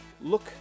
Look